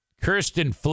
Kirsten